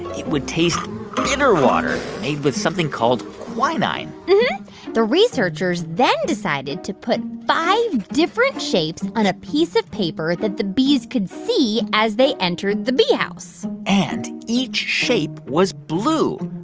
it would taste bitter water made with something called quinine the researchers then decided to put five different shapes on a piece of paper that the bees could see as they entered the bee house and each shape was blue.